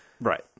right